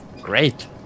great